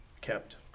kept